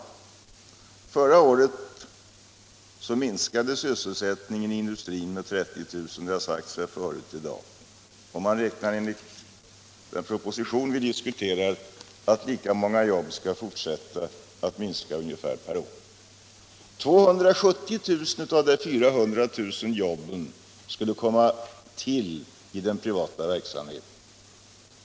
Som sagts förut i dag minskade sysselsättningen inom industrin med 30 000 förra året, och enligt den proposition som vi nu diskuterar räknar man med att sysselsättningen kommer att minska ungefär lika mycket varje år. 270 000 av de där 400 000 jobben skulle komma till i den privata verksamheten.